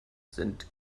sind